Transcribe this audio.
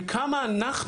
וכמה אנחנו,